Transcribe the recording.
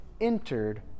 entered